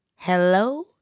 Hello